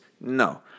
No